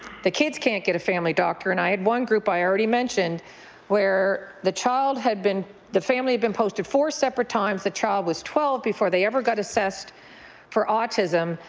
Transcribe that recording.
the kids can't get a family doctor, and i had one group i already mentioned where the child had been the family had been posted four separate times, the child was twelve before they ever got assessed for autism,